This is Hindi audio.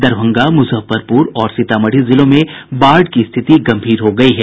दरभंगा मुजफ्फरपुर और सीतामढ़ी जिलों में बाढ़ की स्थिति गंभीर हो गई है